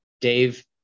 Dave